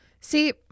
See